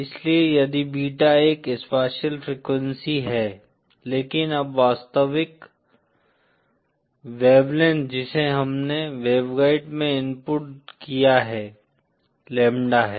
इसलिए यदि बीटा एक स्पेसिअल फ्रीक्वेंसी है लेकिन तब वास्तविक वेवलेंथ जिसे हमने वेवगाइड में इनपुट किया है लैम्बडा है